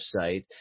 website